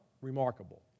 remarkable